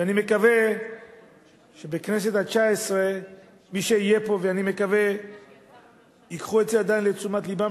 ואני מקווה שבכנסת התשע-עשרה מי שיהיו פה ייקחו את זה עדיין לתשומת לבם,